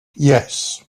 yes